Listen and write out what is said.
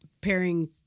pairing